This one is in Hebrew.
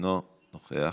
אינו נוכח,